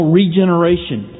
regeneration